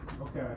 okay